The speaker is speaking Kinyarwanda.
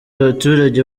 abaturage